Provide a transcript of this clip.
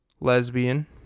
lesbian